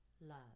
love